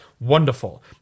wonderful